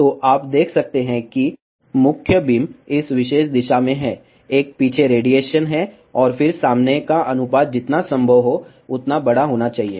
तो आप देख सकते हैं कि मुख्य बीम इस विशेष दिशा में है एक पीछे रेडिएशन है और फिर से सामने का अनुपात जितना संभव हो उतना बड़ा होना चाहिए